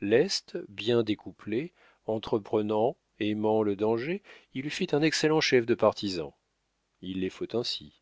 leste bien découplé entreprenant aimant le danger il eût fait un excellent chef de partisans il les faut ainsi